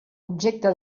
objecte